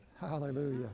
Hallelujah